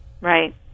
Right